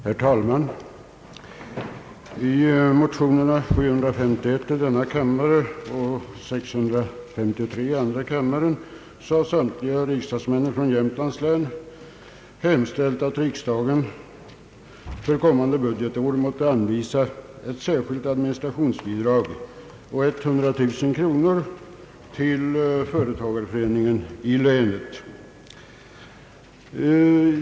Herr talman! I motionerna I: 571 och II: 653 har samtliga riksdagsmän från Jämtlands län hemställt att riksdagen för kommande budgetår måtte anvisa ett särskilt administrationsbidrag på 100 000 kronor till företagareföreningen i länet.